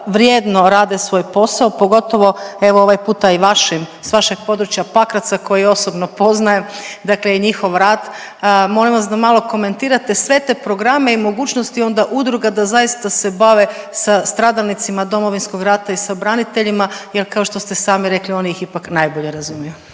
vrijedno rade svoj posao, pogotovo, evo, ovaj puta i vašim, s vašeg područja Pakraca koji osobno poznajem, dakle i njihov rad, molim vas da malo komentirate sve te programe i mogućnosti onda udruga da zaista se bave sa stradalnicima Domovinskog rata i braniteljima jer kao što ste sami rekli, oni ih ipak najbolje razumiju.